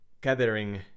gathering